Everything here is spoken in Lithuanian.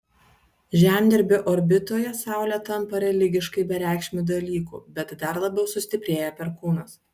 žemdirbio orbitoje saulė tampa religiškai bereikšmiu dalyku bet dar labiau sustiprėja perkūnas